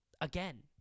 again